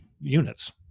units